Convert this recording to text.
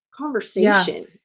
Conversation